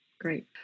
Great